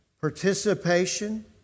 participation